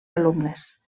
alumnes